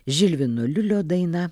žilvino liulio daina